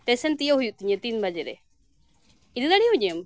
station ᱛᱤᱭᱟᱹᱜ ᱦᱩᱭᱩᱜ ᱛᱤᱧᱟᱹ ᱛᱤᱱ ᱵᱟᱡᱮᱨᱮ ᱤᱫᱤ ᱫᱟᱲᱮᱣᱟᱹᱧᱟᱹᱢ